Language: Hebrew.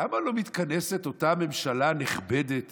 למה לא מתכנסת אותה ממשלה נכבדת